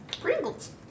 Pringles